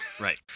Right